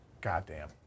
Goddamn